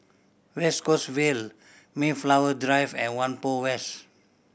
West Coast Vale Mayflower Drive and Whampoa West